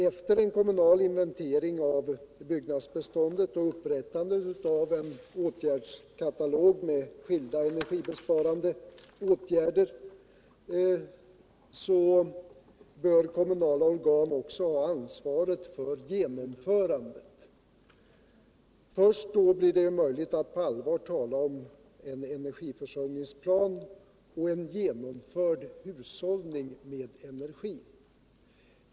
Efter en kommunal inventering av byggnadsbeståndet och upprättande av en åtgärdskatalog med skilda energibesparande åtgärder bör kommunala organ också ha ansvaret för genomförandet. Först då blir det möjligt att på allvar tala om en energiförsörjningsplan och en genomförd hushållning med energin.